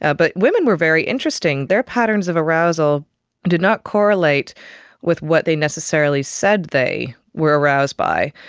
ah but women were very interesting, their patterns of arousal did not correlate with what they necessarily said they were aroused by.